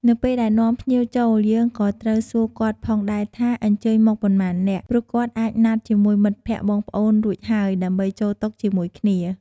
នៅពេលដែលនាំភ្ញៀវចូលយើងក៏ត្រូវសួរគាត់ផងដែរថា អញ្ជើញមកប៉ុន្មាននាក់ ព្រោះគាត់អាចណាត់ជាមួយមិត្តភក្តិបងប្អូនរួចហើយ ដើម្បីចូលតុជាមួយគ្នា។